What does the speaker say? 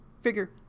figure